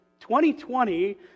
2020